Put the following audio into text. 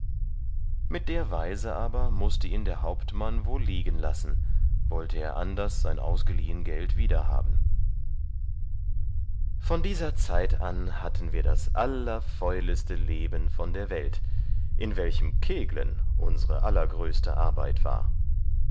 mit der weise aber mußte ihn der hauptmann wohl liegen lassen wollte er anders sein ausgeliehen geld wiederhaben von dieser zeit an hatten wir das allerfäuleste leben von der welt in welchem keglen unser allergrößte arbeit war